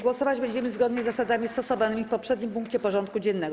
Głosować będziemy zgodnie z zasadami stosowanymi w poprzednim punkcie porządku dziennego.